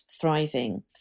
thriving